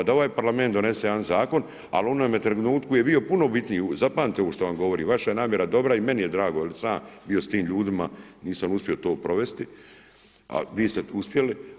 Da ovaj parlament donese jedan zakon, a u ovome trenutku je bio puno bitniji zapamtite što vam govorim, vaša namjera je dobra i meni je drago što sam ja bio s tim ljudima, nisam uspio to provesti, al vi ste uspjeli.